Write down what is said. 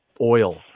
oil